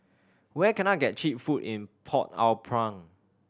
where can I get cheap food in Port Au Prince